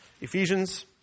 Ephesians